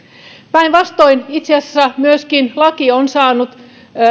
päinvastoin itse asiassa laki on saanut